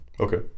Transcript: Okay